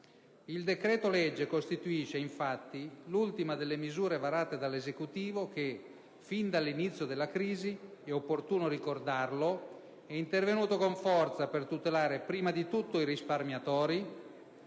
Il decreto-legge costituisce infatti l'ultima delle misure varate dall'Esecutivo, che fin dall'inizio della crisi - è opportuno ricordarlo - è intervenuto con forza per tutelare prima di tutto i risparmiatori,